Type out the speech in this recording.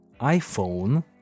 iPhone